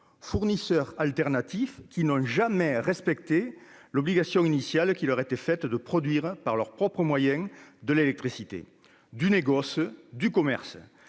fournisseurs alternatifs n'ont jamais respecté l'obligation initiale qui leur était faite de produire par leurs propres moyens de l'électricité. Du négoce, du commerce